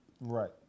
Right